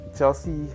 Chelsea